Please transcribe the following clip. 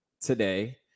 today